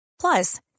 Plus